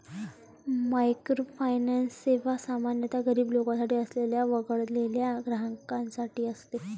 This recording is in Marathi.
मायक्रोफायनान्स सेवा सामान्यतः गरीब लोकसंख्या असलेल्या वगळलेल्या ग्राहकांसाठी असते